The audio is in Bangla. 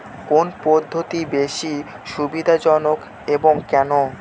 কোন পদ্ধতি বেশি সুবিধাজনক এবং কেন?